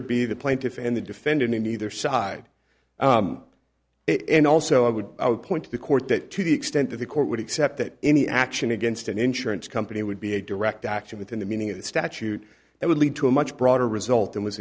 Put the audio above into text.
insured be the plaintiff and the defendant in either side and also i would point to the court that to the extent that the court would accept that any action against an insurance company would be a direct action within the meaning of the statute that would lead to a much broader result than was